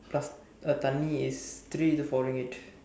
plus uh தண்ணீ:thannii is three to four Ringgit